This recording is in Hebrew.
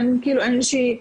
אין כאילו אין איזושהי,